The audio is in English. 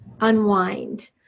unwind